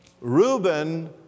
Reuben